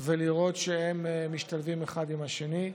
ולראות שהם משתלבים אחד עם השני.